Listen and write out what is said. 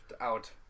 out